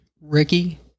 Ricky